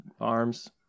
arms